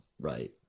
right